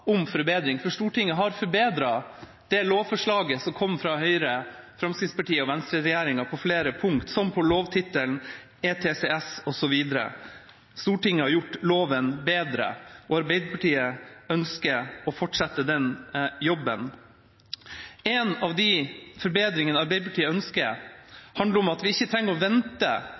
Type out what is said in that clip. om forbedring, for Stortinget har forbedret det lovforslaget som kom fra Høyre–Fremskrittspartiet–Venstre-regjeringa på flere punkt, som lovtittelen, ETCS, osv. Stortinget har gjort loven bedre, og Arbeiderpartiet ønsker å fortsette den jobben. En av de forbedringene Arbeiderpartiet ønsker, handler om at vi ikke trenger å vente